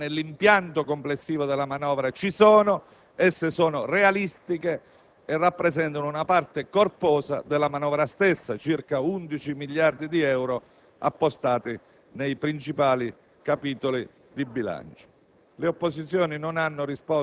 che le riduzioni di spesa nell'impianto complessivo della manovra ci sono, sono realistiche e rappresentano una parte corposa della manovra stessa, cioè circa 11 miliardi di euro, appostati nei principali capitoli di bilancio.